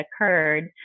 occurred